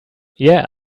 yeah